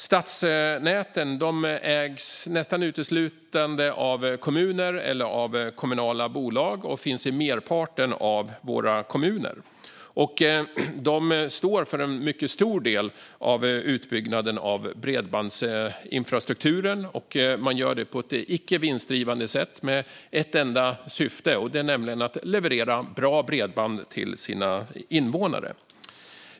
Stadsnäten ägs nästan uteslutande av kommuner eller kommunala bolag och finns i merparten av våra kommuner. De står för en mycket stor del av utbyggnaden av bredbandsinfrastrukturen och gör det på ett icke vinstdrivande sätt med ett enda syfte, nämligen att leverera bra bredband till sina invånare.